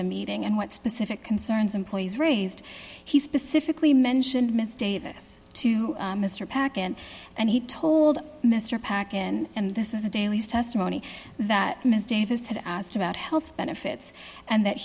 the meeting and what specific concerns employees raised he specifically mentioned miss davis to mr pac and and he told mr pac in and this is a daley's testimony that ms davis had asked about health benefits and that